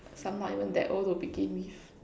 I'm not even that old to begin with